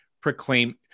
proclaim